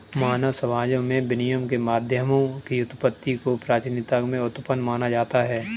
मानव समाजों में विनिमय के माध्यमों की उत्पत्ति को प्राचीनता में उत्पन्न माना जाता है